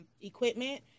equipment